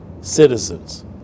citizens